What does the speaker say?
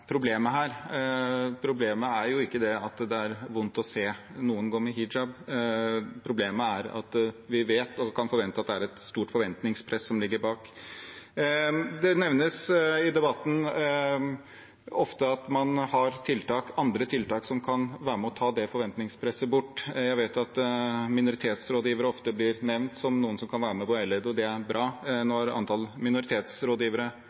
problemet her. Problemet er jo ikke at det er vondt å se noen gå med hijab, problemet er at vi vet og kan forvente at det er et stort forventningspress som ligger bak. Det nevnes ofte i debatten at man har andre tiltak som kan være med på å ta det forventningspresset bort. Jeg vet at minoritetsrådgivere ofte blir nevnt som noen som kan være med på å veilede, og det er bra. Nå har antallet minoritetsrådgivere